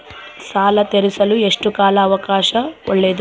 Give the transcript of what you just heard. ಸಾಲ ತೇರಿಸಲು ಎಷ್ಟು ಕಾಲ ಅವಕಾಶ ಒಳ್ಳೆಯದು?